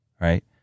Right